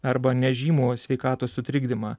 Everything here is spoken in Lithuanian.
arba nežymų sveikatos sutrikdymą